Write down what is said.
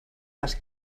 les